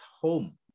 home